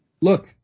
Look